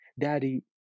Daddy